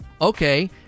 okay